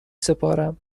سپارم